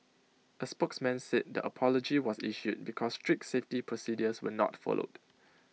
A spokesman said the apology was issued because strict safety procedures were not followed